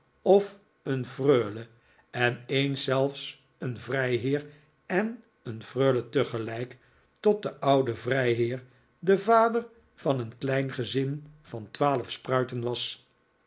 of een freule en eens zelfs een vrijheer en een freule tegelijk tot de oude vrijheer de vader van een klein gezin van twaalf spruiten was